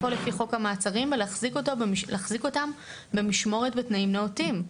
לפעול לפי חוק המעצרים והחזיק אותם במשמורת בתנאים נאותים,